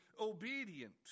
obedient